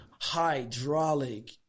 hydraulic